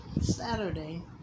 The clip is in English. Saturday